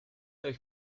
euch